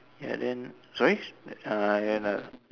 ya then sorry uh then uh